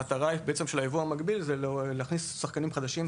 המטרה של הייבוא המקביל היא להכניס שחקנים חדשים,